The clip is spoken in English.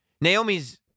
Naomi's